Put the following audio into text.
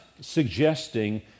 suggesting